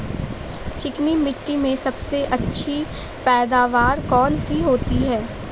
चिकनी मिट्टी में सबसे अच्छी पैदावार कौन सी होती हैं?